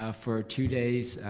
ah for two days,